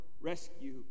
rescue